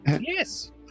yes